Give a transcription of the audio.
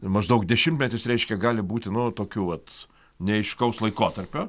maždaug dešimtmetis reiškia gali būti nu tokių vat neaiškaus laikotarpio